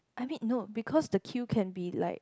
I mean no because the queue can be like